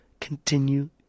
continue